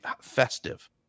festive